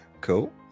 Cool